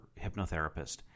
hypnotherapist